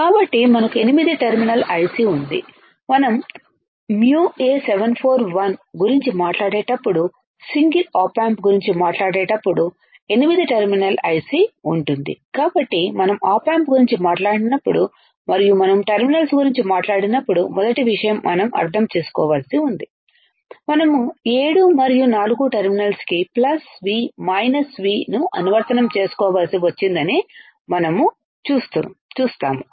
కాబట్టిమనకు 8 terminal IC ఉంది మనం mu ఎ741 మ్యూఎ741 గురించి మాట్లాడేటప్పుడు సింగిల్ ఆప్ ఆంప్ గురించి మాట్లాడేటప్పుడు 8 టెర్మినల్ ఐసి ఉంటుంది కాబట్టి మనం ఆప్ ఆంప్ గురించి మాట్లాడినప్పుడు మరియు మనం టెర్మినల్స్ గురించి మాట్లాడినప్పుడు మొదటి విషయం మనం అర్థం చేసుకోవలసి ఉంది మనం 7 మరియు 4 టెర్మినల్స్ కి ప్లస్ V మైనస్ V ను అనువర్తనం చేసుకోవలసి వచ్చిందని మనం చూస్తాము